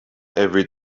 every